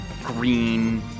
green